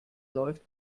läuft